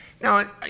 Now